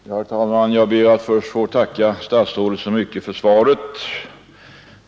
Herr talman! Jag ber att först få tacka statsrådet så mycket för svaret.